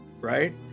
right